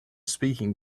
speaking